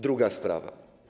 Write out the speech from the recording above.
Druga sprawa.